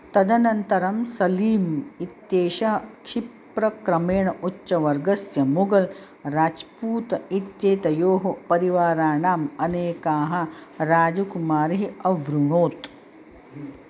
तदनन्तरं सलीम् इत्येषः क्षिप्रक्रमेण उच्चवर्गस्य मुगल् राज्पूत् इत्येतयोः परिवाराणाम् अनेकाः राजकुमारीः अवृणोत्